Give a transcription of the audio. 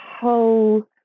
whole